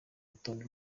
rutonde